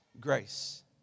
grace